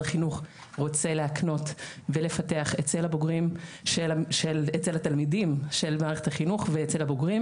החינוך רוצה להקנות ולפתח אצל התלמידים של מערכת החינוך ואצל הבוגרים,